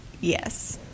yes